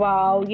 Wow